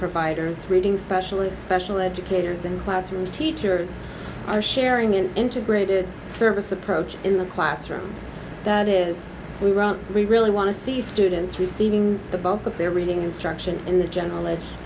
providers reading specialist special educators and classroom teachers are sharing an integrated service approach in the classroom that is we run we really want to see students receiving the bulk of their reading instruction in the general